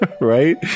right